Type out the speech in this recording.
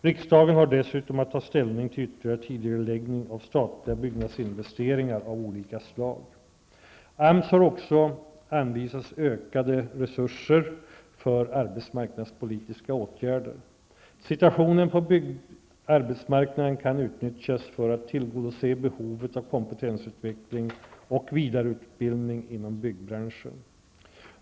Riksdagen har dessutom att ta ställning till ytterligare tidigareläggning av statliga bygginvesteringar av olika svar. AMS har också anvisats ökade resurser för arbetsmarknadspolitiska åtgärder. situationen på byggarbetsmarknaden kan utnyttjas för att tillgodose behovet av kompetensutveckling och vidareutbildning inom byggbranschen.